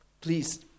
Please